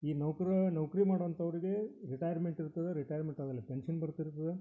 ಈ ನೌಕ್ರಿ ನೌಕರಿ ಮಾಡೋ ಅಂಥವ್ರಿಗೆ ರಿಟೈರ್ಮೆಂಟ್ ಇರ್ತದೆ ರಿಟೈರ್ಮೆಂಟ್ ಆದ್ಮೇಲೆ ಪೆನ್ಶನ್ ಬರ್ತಾ ಇರ್ತದೆ